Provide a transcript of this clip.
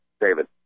David